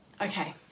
okay